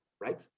right